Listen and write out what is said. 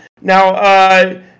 Now